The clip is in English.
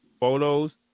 Photos